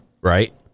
Right